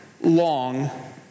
long